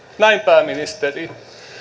näin pääministeri